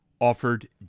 offered